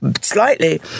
slightly